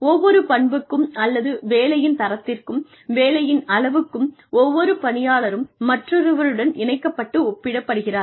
ஒவ்வொரு பண்புக்கும் அல்லது வேலையின் தரத்திற்கும் வேலையின் அளவுக்கும் ஒவ்வொரு பணியாளரும் மற்றொருவருடன் இணைக்கப்பட்டு ஒப்பிடப்படுகிறார்கள்